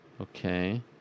Okay